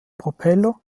propeller